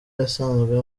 yasanzwe